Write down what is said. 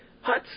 huts